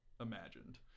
imagined